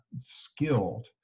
skilled